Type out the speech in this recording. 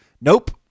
Nope